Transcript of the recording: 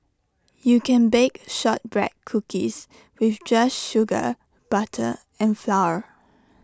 you can bake Shortbread Cookies with just sugar butter and flour